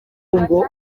ngo